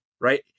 Right